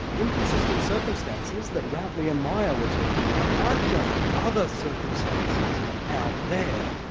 inconsistent circumstances that routley and meyer were talking about, aren't just other circumstances out there,